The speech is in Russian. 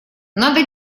надо